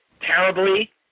terribly